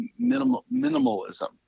minimalism